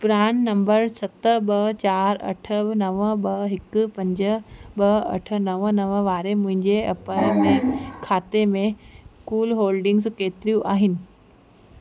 PRAN number सत ॿ चार अठ नव ॿ हिकु पंज ॿ अठ नव नव वारे मुंहिंजे एपअ में खाते में कुल होल्डिंगस केतिरियूं आहिनि